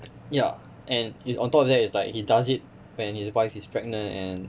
ya and on top of that is like he does it when his wife is pregnant and